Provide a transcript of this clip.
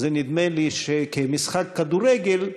זה נדמה לי כמשחק כדורגל,